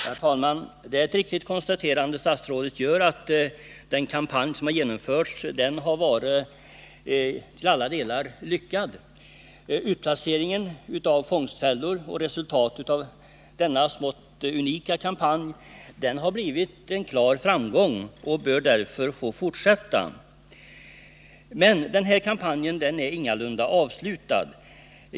Herr talman! Det är ett riktigt konstaterande av statsrådet att den kampanj som genomförts har varit till alla delar lyckad. Utplaceringen av fångstfällor har blivit en klar framgång. Denna smått unika kampanj bör därför få fortsätta. Men kampanjen är ingalunda avslutad.